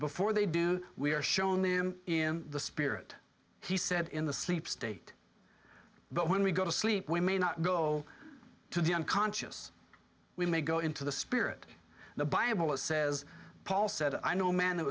before they do we are showing them in the spirit he said in the sleep state but when we go to sleep we may not go to the unconscious we may go into the spirit the bible says paul said i know man that